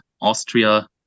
Austria